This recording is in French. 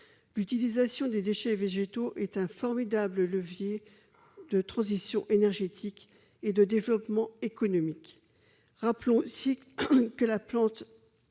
l'utilisation des déchets végétaux est un formidable levier de transition énergétique et de développement économique, rappelons aussi que la plante